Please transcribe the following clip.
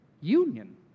union